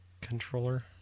controller